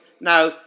Now